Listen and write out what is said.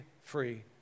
free